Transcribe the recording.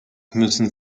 müssen